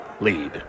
lead